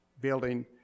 building